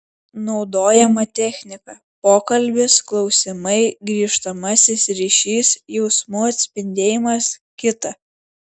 naudojama technika pokalbis klausimai grįžtamasis ryšys jausmų atspindėjimas kita